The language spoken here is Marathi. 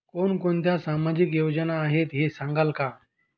कोणकोणत्या सामाजिक योजना आहेत हे सांगाल का?